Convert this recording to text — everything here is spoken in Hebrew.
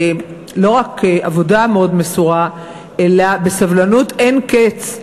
לא רק עבודה מאוד מסורה אלא בסבלנות אין קץ.